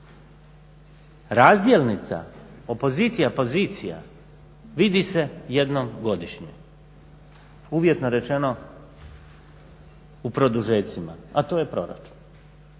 Razdjelnica opozicija-pozicija vidi se jednom godišnje, uvjetno rečeno u produžecima, a to je proračun.